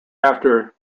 after